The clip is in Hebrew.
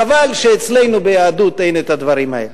חבל שאצלנו ביהדות אין את הדברים האלה.